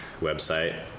website